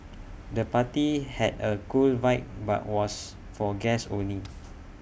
the party had A cool vibe but was for guests only